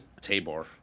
Tabor